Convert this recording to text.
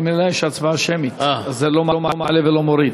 ממילא יש הצבעה שמית, אז זה לא מעלה ולא מוריד